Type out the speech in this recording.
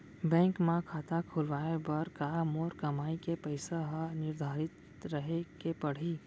Bank म खाता खुलवाये बर का मोर कमाई के पइसा ह निर्धारित रहे के पड़ही?